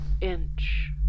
Inch